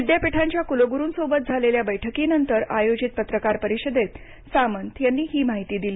विद्यापीठांच्या कुलगुरूंसोबत झालेल्या बैठकीनंतर आयोजित पत्रकार परिषदेत सामंत यांनी ही माहिती दिली